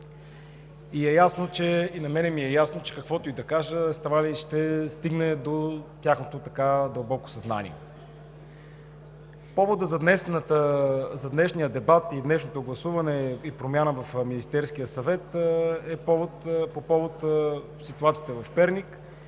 На мен ми е ясно, че каквото и да кажа едва ли ще стигне до тяхното дълбоко съзнание. Поводът за днешния дебат и днешното гласуване и промяна в Министерския съвет е по ситуацията в Перник